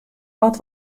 wat